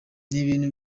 n’ibintu